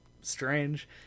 strange